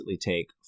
take